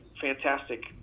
fantastic